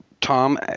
Tom